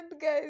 guys